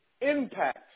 impact